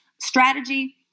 strategy